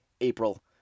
April